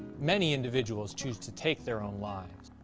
many individuals choose to take their own lives.